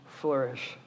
flourish